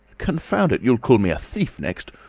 confound it! you'll call me a thief next!